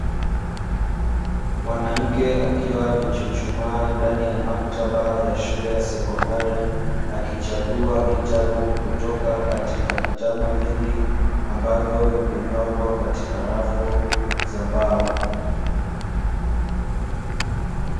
Mwanamke akiwa amechuchumaa ndani ya maktaba ya shule ya sekondari akichagua kitabu kutoka katika vitabu vingi ambavyo vimepangwa katika rafu za mbao.